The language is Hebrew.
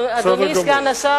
אדוני סגן השר,